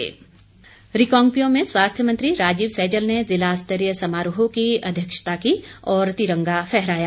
किन्नौर दिवस रिकांगपिओ में स्वास्थ्य मंत्री राजीव सैजल ने जिला स्तरीय समारोह की अध्यक्षता की और तिरंगा फहराया